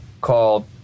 called